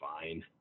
fine